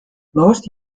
most